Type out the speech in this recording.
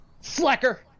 Slacker